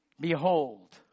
Behold